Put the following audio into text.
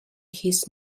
his